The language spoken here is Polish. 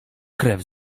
krew